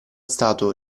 stato